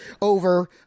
over